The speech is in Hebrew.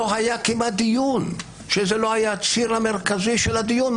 לא היה כמעט דיון שזה לא היה הציר המרכזי של הדיון.